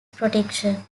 protection